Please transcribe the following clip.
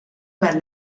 per